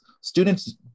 students